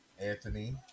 Anthony